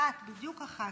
אחת, בדיוק אחת.